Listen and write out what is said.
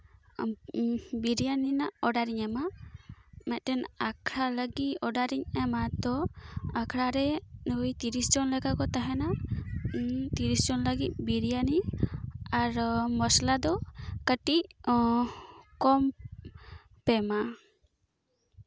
ᱵᱤᱨᱭᱟᱱᱤ ᱨᱮᱱᱟᱜ ᱚᱰᱟᱨ ᱤᱧ ᱮᱢᱟ ᱢᱤᱫᱴᱮᱱ ᱟᱸᱠᱷᱟᱣ ᱞᱟᱹᱜᱤᱫ ᱚᱰᱟᱨ ᱤᱧ ᱮᱢᱟ ᱛᱳ ᱟᱠᱷᱲᱟ ᱨᱮ ᱳᱭ ᱛᱤᱨᱤᱥ ᱡᱚᱱ ᱞᱮᱠᱟ ᱠᱚ ᱛᱟᱦᱮᱱᱟ ᱤᱧ ᱛᱤᱨᱤᱥ ᱡᱚᱱ ᱞᱟᱹᱜᱤᱫ ᱵᱤᱨᱭᱟᱱᱤ ᱟᱨ ᱢᱚᱥᱞᱟ ᱫᱚ ᱠᱟᱹᱴᱤᱡ ᱠᱚᱢ ᱯᱮ ᱮᱢᱟ